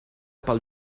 pel